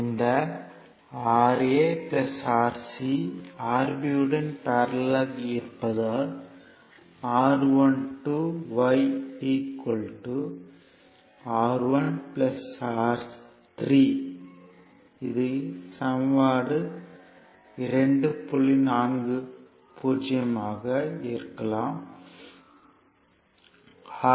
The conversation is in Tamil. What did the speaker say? இந்த Ra Rc Rb யுடன் பேரல்லல் ஆக இருப்பதால் R12 R1 R3 2